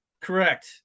correct